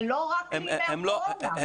זה לא רק בימי הקורונה.